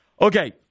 Okay